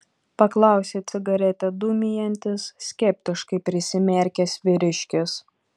paklausė cigaretę dūmijantis skeptiškai prisimerkęs vyriškis